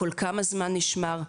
כל כמה זמן נשמר,